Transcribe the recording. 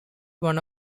one